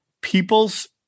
people's